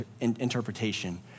interpretation